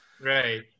Right